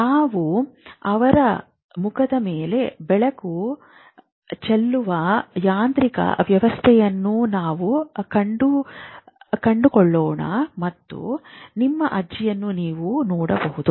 ನಾವು ಅವಳ ಮುಖದ ಮೇಲೆ ಬೆಳಕು ಚೆಲ್ಲುವ ಯಾಂತ್ರಿಕ ವ್ಯವಸ್ಥೆಯನ್ನು ನಾವು ಕಂಡುಕೊಳ್ಳುತ್ತೇವೆ ಮತ್ತು ನಿಮ್ಮ ಅಜ್ಜಿಯನ್ನು ನೀವು ನೋಡಬಹುದು